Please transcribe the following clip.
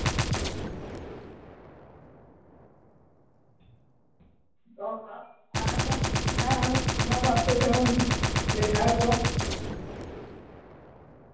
ᱟᱫᱚ ᱚᱱᱟ ᱚᱱᱟ ᱵᱟᱨᱮᱛᱮ ᱡᱮᱢᱚᱱ ᱮᱞᱠᱷᱟ ᱠᱚ